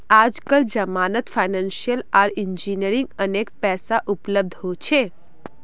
आजकल जमानत फाइनेंसियल आर इंजीनियरिंग अनेक पैसा उपलब्ध हो छे